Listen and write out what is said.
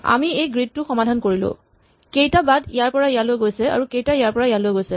আমি এই গ্ৰীড টো সমাধান কৰিলো কেইটা বাট ইয়াৰ পৰা ইয়ালৈ গৈছে আৰু কেইটা ইয়াৰ পৰা ইয়ালৈ গৈছে